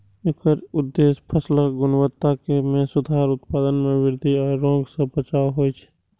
एकर उद्देश्य फसलक गुणवत्ता मे सुधार, उत्पादन मे वृद्धि आ रोग सं बचाव होइ छै